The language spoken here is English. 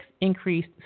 increased